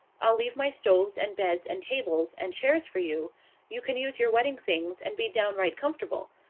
i'll leave my stoves, and beds, and tables, and chairs for you you can use your wedding things, and be downright comfortable.